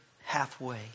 halfway